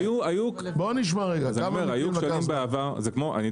למה אתה הולך רחוק?